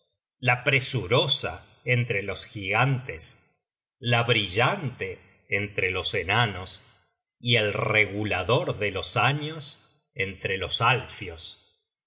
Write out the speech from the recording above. la presurosa entre los gigantes la brillante entre los enanos y el regulador de los años entre los alfios